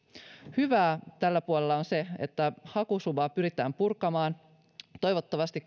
hyvää tällä puolella on se että hakusumaa pyritään purkamaan toivottavasti